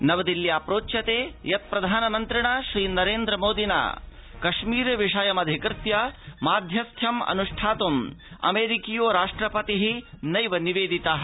नवदिल्ल्या प्रोच्यते यत् प्रधानमन्त्रिणा श्रीनरेन्द्र मोदिना कश्मीर विषयमधिकृत्य माध्यस्थ्यमन्ष्ठात्म् अमेरिकीयो राष्ट्रपतिः डॉनल्ड ट्रम्पः नैव निवेदितः